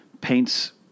paints